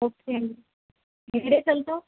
okay అండి ఎన్ని days వెళ్తావు